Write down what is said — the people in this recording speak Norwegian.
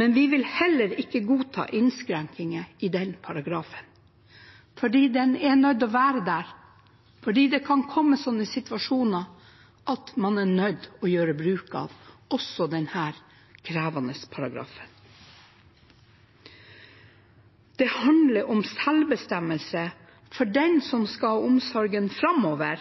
Men vi vil heller ikke godta innskrenkinger i den paragrafen, fordi den er nødt til å være der, fordi det kan komme slike situasjoner der man er nødt til å gjøre bruk av også denne krevende paragrafen. Det handler om selvbestemmelse for den som skal ha omsorgen framover,